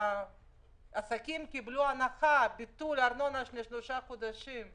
שהעסקים קיבלו הנחה, ביטול ארנונה לשלושה חודשים.